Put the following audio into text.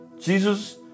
Jesus